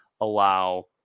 allow